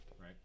right